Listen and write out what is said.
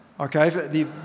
Okay